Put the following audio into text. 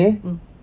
mm